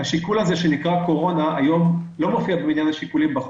השיקול שנקרא קורונה לא מופיע היום במניין השיקולים בחוק.